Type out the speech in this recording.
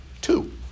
Two